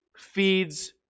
feeds